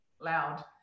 loud